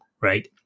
Right